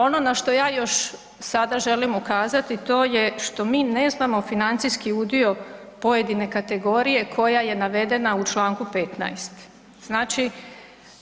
Ono na što ja još želim ukazati to je što mi ne znamo financijski udio pojedine kategorije koja je navedena u Članku 15., znači